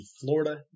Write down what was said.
Florida